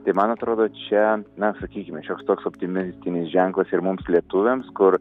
tai man atrodo čia na sakykime šioks toks optimistinis ženklas ir mums lietuviams kur